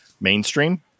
mainstream